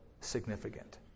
significant